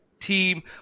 team